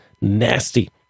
nasty